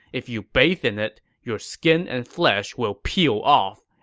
if you bathe in it, your skin and flesh will peel off,